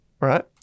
right